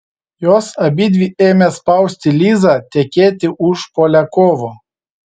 jos abidvi ėmė spausti lizą tekėti už poliakovo